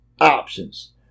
options